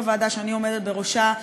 בוועדה שאני עומדת בראשה.